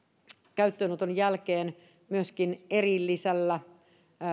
käyttöönoton jälkeen myöskin erillisellä